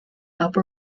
upper